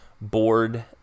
board